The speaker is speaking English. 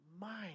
mind